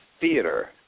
Theater